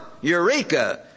Eureka